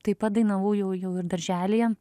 taip pat dainavau jau jau ir darželyje